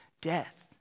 death